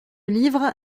livre